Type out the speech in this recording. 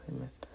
Amen